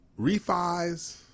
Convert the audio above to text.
refis